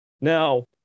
Now